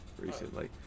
recently